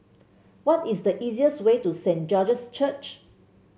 what is the easiest way to Saint George's Church